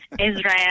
israel